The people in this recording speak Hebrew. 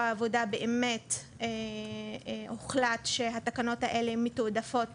העבודה באמת הוחלט שהתקנות האלה מתועדפות